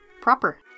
proper